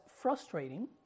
frustrating